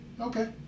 okay